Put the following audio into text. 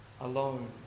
alone